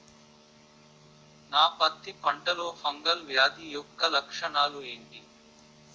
నా పత్తి పంటలో ఫంగల్ వ్యాధి యెక్క లక్షణాలు ఏంటి?